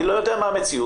אני לא יודע מה המציאות.